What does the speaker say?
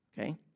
Okay